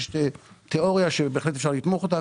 יש תיאוריה שבהחלט אפשר לתמוך אותה,